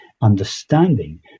understanding